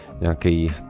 nějaký